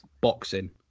boxing